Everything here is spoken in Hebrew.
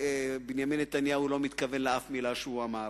שבנימין נתניהו לא מתכוון לשום מלה שהוא אמר.